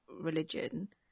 religion